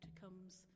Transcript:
comes